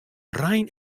rein